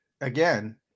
again